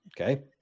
Okay